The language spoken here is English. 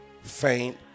faint